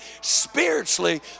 Spiritually